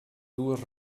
dues